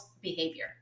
behavior